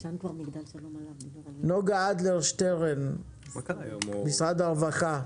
נגה אדלר שטרן, משרד הרווחה.